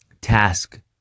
task